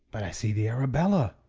but i see the arabella.